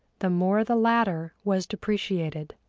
the more the latter was depreciated.